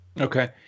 Okay